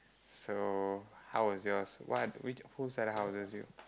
so how was yours what whose are the houses you